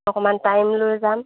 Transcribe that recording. অকণমান টাইম লৈ যাম